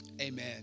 amen